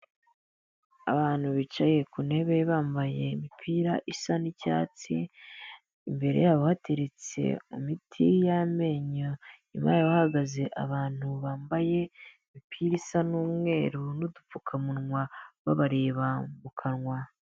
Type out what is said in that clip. Abantu bicaye ku ntebe bambaye imipira isa n'icyatsi, imbere yabo hateretse imiti y'amenyo, inyuma yabo hahagaze abantu bambaye imipira isa n'umweru n'udupfukamunwa babareba mu kanwa.